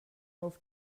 auf